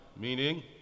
meaning